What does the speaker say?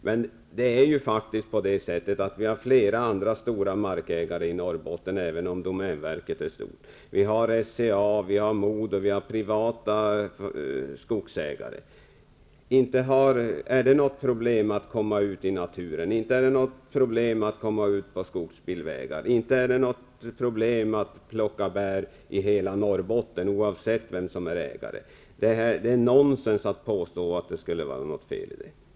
Men det finns faktiskt flera andra stora markägare i Norrbotten vid sidan av domänverket, även om det senare är stort. Det är då fråga om SCA, MoDo och privata skogsägare. Inte är det trots det något problem för människorna att komma ut i naturen, att färdas på skogsbilvägar eller att plocka bär -- och det gäller hela Norrbotten, oavsett vem som är ägare. Det är nonsens att det skulle vara något fel i det privata ägandet.